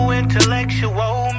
intellectual